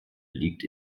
liegt